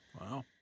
Wow